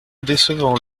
décevant